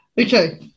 Okay